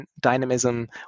dynamism